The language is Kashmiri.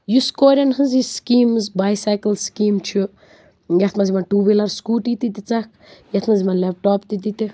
یُس کورٮ۪ن ہٕنٛز یہِ سِکیٖمٕز بیسیکٕل سِکیٖم چھِ یَتھ منٛز یِمن ٹوٗ ویٖلر سِکوٗٹی تہِ دِژکھ یَتھ منٛز یِمن لیٚپٹاپ تہِ دِتِکھ